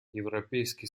европейский